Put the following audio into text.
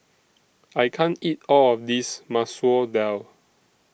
I can't eat All of This Masoor Dal